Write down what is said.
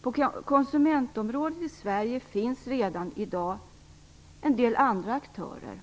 På konsumentområdet i Sverige finns redan i dag en del andra aktörer.